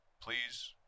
please